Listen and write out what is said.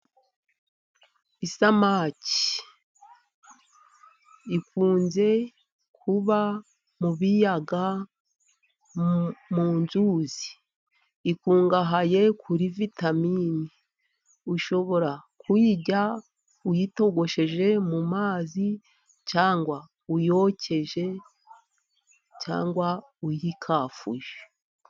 Isamaki ikunze kuba mu biyaga, mu nzuzi. Ikungahaye kuri vitaminini. Ushobora kuyirya uyitogosheje mu mazi, cyangwa uyokeje cyangwa uyikafuje.